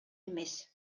эмес